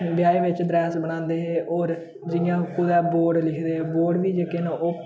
ब्याहें बिच्च द्रैंस बनांदे हे होर जि'यां कुतै बोर्ड लिखे दे बोर्ड बी जेह्के न ओह्